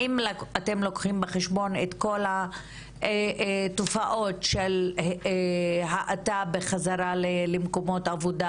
האם אתם לוקחים בחשבון את כל התופעות של האטה בחזרה למקומות עבודה,